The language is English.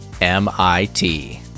MIT